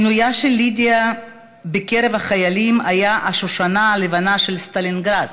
כינוייה של לידיה בקרב החיילים היה "השושנה הלבנה של סטלינגרד".